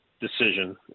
decision